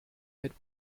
mit